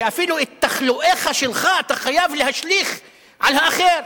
שאפילו את תחלואיך שלך אתה חייב להשליך על האחר.